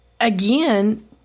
again